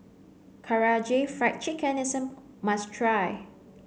Karaage Fried Chicken is a must try